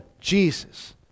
Jesus